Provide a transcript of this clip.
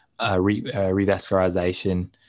revascularization